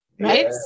Right